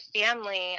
family